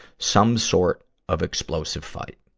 some sort of explosive fight.